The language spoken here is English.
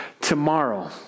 tomorrow